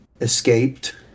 escaped